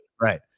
Right